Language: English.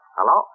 Hello